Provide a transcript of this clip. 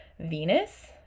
Venus